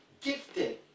gifted